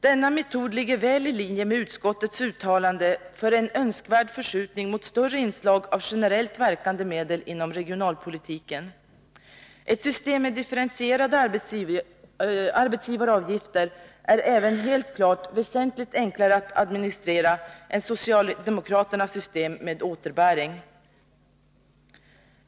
Denna metod ligger väl i linje med utskottets uttalande för en önskvärd förskjutning mot större inslag av generellt verkande medel inom regionalpolitiken. Ett system med differentierade arbetsgivaravgifter är helt klart även väsentligt enklare att administrera än socialdemokraternas system med återbäring.